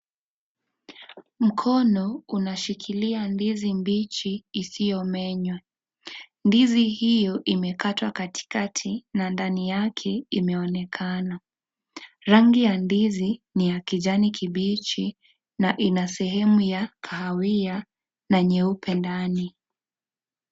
Mkono unashikilia ndizi mbichi isiyomenywa. Ndizi hiyo, imekatwa katikati na ndani yake imeonekana. Rangi ya ndizi ni ya kijani kibichi na ina sehemu ya kahawia na nyeupe ndani.